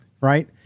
right